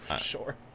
Sure